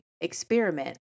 experiment